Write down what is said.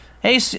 Hey